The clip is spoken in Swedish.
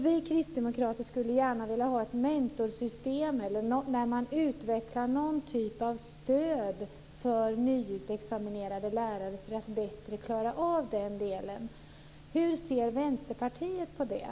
Vi kristdemokrater skulle gärna vilja ha ett mentorsystem eller ett system där någon typ av stöd utvecklas för nyutexaminerade lärare just för att bättre kunna klara av den delen. Hur ser Vänsterpartiet på det?